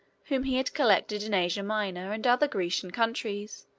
whom he had collected in asia minor and other grecian countries,